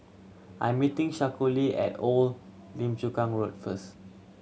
I am meeting Shaquille at Old Lim Chu Kang Road first